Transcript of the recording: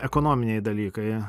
ekonominiai dalykai